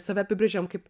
save apibrėžiam kaip